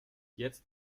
jetzt